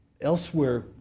Elsewhere